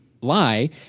lie